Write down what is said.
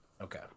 Okay